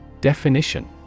Definition